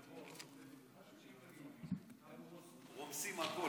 כשאתה יושב-ראש, תקשיב רגע, הם רומסים הכול.